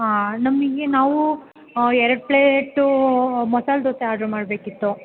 ಹಾಂ ನಮಗೆ ನಾವು ಎರಡು ಪ್ಲೇಟು ಮಸಾಲೆ ದೋಸೆ ಆಡ್ರ್ ಮಾಡಬೇಕಿತ್ತು